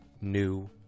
new